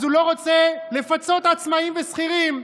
אז הוא לא רוצה לפצות עצמאים ושכירים.